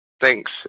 Thanks